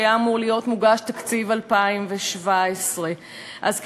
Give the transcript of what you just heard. שהיה אמור להיות מוגש בתקציב 2017. אז,